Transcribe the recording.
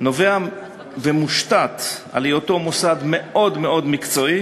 נובע ומושתת על היותו מוסד מאוד מאוד מקצועי,